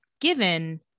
given